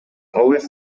also